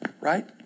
right